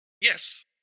Yes